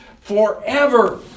forever